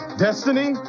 Destiny